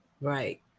Right